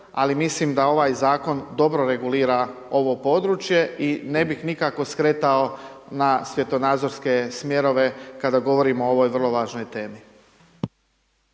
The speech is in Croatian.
ali mislim da ovaj Zakon dobro regulira ovo područje i ne bih nikako skretao na svjetonazorske smjerove kada govorimo o ovoj vrlo važnoj temi.